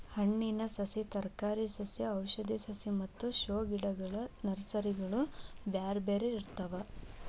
ಹಣ್ಣಿನ ಸಸಿ, ತರಕಾರಿ ಸಸಿ ಔಷಧಿ ಸಸಿ ಮತ್ತ ಶೋ ಗಿಡಗಳ ನರ್ಸರಿಗಳು ಬ್ಯಾರ್ಬ್ಯಾರೇ ಇರ್ತಾವ